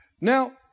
Now